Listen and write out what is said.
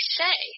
say